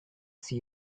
see